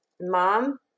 mom